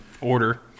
order